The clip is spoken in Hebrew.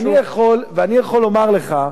ואני יכול לומר לך: